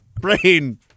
brain